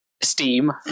Steam